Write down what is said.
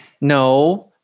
No